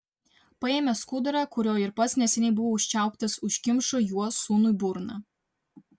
paėmė skudurą kuriuo ir pats neseniai buvo užčiauptas užkimšo juo sūnui burną